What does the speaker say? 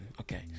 okay